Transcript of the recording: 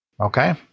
Okay